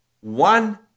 one